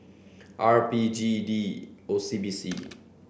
R B G D O C B C